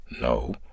No